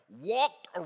walked